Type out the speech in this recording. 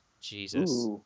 Jesus